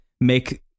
make